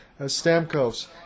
Stamkos